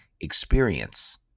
experience